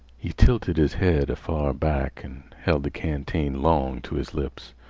he tilted his head afar back and held the canteen long to his lips.